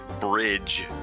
bridge